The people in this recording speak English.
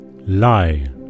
Lie